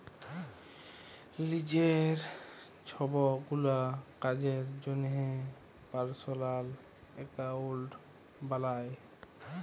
লিজের ছবগুলা কাজের জ্যনহে পার্সলাল একাউল্ট বালায়